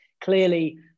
Clearly